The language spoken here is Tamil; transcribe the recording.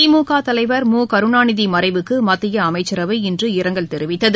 திமுக தலைவர் மு கருணாநிதிமறைவுக்குமத்தியஅமைச்சரவை இன்று இரங்கல் தெரிவித்தது